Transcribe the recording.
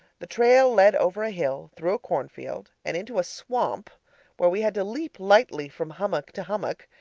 the trail led over a hill, through a cornfield, and into a swamp where we had to leap lightly from hummock to hummock.